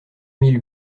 mille